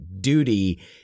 Duty